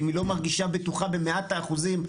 אם היא לא מרגישה בטוחה במאת האחוזים,